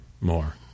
more